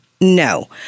no